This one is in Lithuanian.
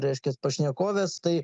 reiškias pašnekovės tai